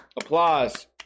Applause